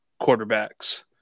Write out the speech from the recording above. quarterbacks